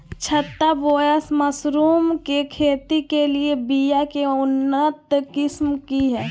छत्ता बोया मशरूम के खेती के लिए बिया के उन्नत किस्म की हैं?